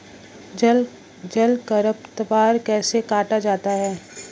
जल खरपतवार कैसे काटा जाता है?